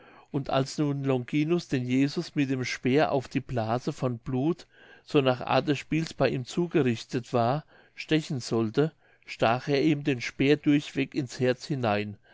und als nun longinus den jesus mit dem speer auf die blase von blut so nach art des spiels bei ihm zugerichtet war stechen sollte stach er ihm den speer durchweg ins herz hinein